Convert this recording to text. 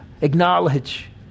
Acknowledge